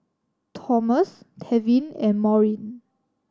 Tomas Tevin and Maurine